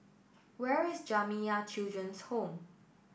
where is Jamiyah Children's Home